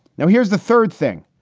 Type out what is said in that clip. now, here's the third thing.